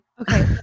Okay